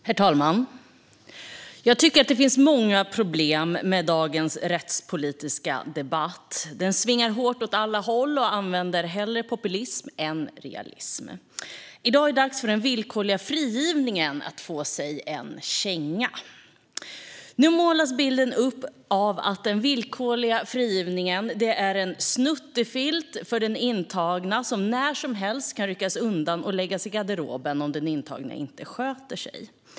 Herr talman! Jag tycker att det finns många problem med dagens rättspolitiska debatt. Den svingar sig hårt åt alla håll och använder hellre populism än realism. I dag är det dags för den villkorliga frigivningen att få sig en känga. Nu målas bilden upp av att den villkorliga frigivningen är en snuttefilt för den intagna som när som helst kan ryckas undan och läggas i garderoben om den intagna inte sköter sig.